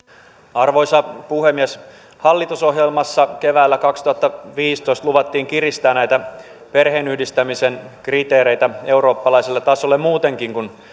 arvoisa puhemies hallitusohjelmassa keväällä kaksituhattaviisitoista luvattiin kiristää perheenyhdistämisen kriteereitä eurooppalaiselle tasolle muutenkin kuin